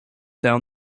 down